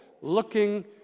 looking